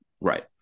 Right